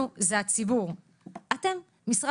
אני רוצה לשאול אותך שאלה.